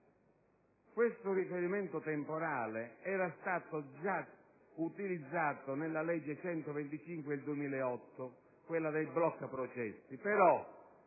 Questo riferimento temporale, però, era stato già utilizzato nella legge n. 125 del 2008, quella "blocca processi", ma